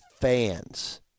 fans